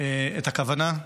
את הכוונה.